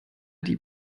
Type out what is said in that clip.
die